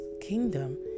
kingdom